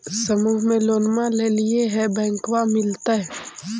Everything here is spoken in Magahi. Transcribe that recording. समुह मे लोनवा लेलिऐ है बैंकवा मिलतै?